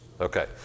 Okay